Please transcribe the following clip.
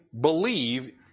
believe